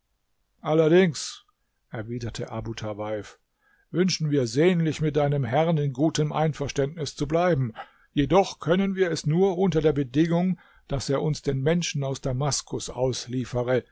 allerdings erwiderte abu tawaif wünschen wir sehnlich mit deinem herrn in gutem einverständnis zu bleiben jedoch können wir es nur unter der bedingung daß er uns den menschen aus damaskus ausliefere